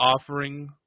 offering